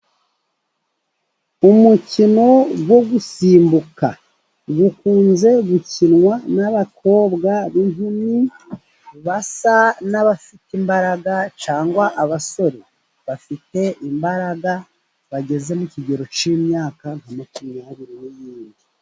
Umukino wo gusimbuka, ukunze gukinwa n'abakobwa b'inkumi basa n'abafite imbaraga, cyangwa abasore bafite imbaraga, bageze mu kigero cy'imyaka nka makumyabiri n'indi.